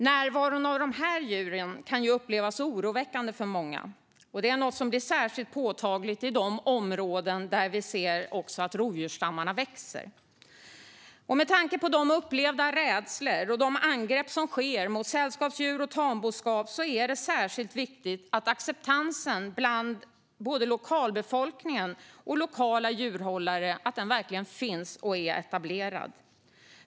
Närvaron av dessa djur kan upplevas som oroväckande för många, något som blir särskilt påtagligt i de områden där rovdjursstammarna växer. Med tanke på upplevd rädsla och de angrepp som sker mot sällskapsdjur och tamboskap är det därför särskilt viktigt att acceptansen bland både lokalbefolkning och lokala djurhållare verkligen finns och är etablerad.